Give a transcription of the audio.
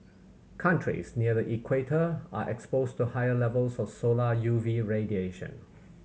countries near the equator are exposed to higher levels of solar U V radiation